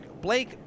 Blake